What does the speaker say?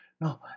No